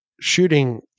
shooting